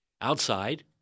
outside